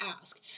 ask